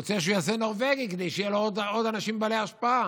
הוא רוצה לעשות נורבגי כדי שיהיו לו עוד אנשים בעלי השפעה.